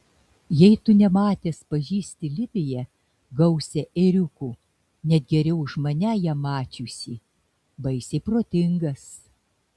jei tu nematęs pažįsti libiją gausią ėriukų net geriau už mane ją mačiusį baisiai protingas